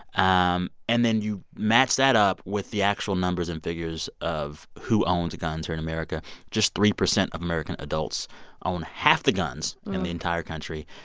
um and then you match that up with the actual numbers and figures of who owns guns in america just three percent of american adults own half the guns in the entire country.